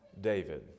David